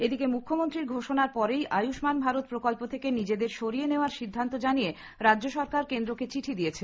এদিকে মুখ্যমন্ত্রীর ঘোষণার পরেই আয়ুষ্মান ভারত প্রকল্প থেকে নিজেদের সরিয়ে নেওয়ার সিদ্ধান্ত জানিয়ে রাজ্য সরকার কেন্দ্রকে চিঠি দিয়েছে